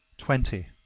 twenty.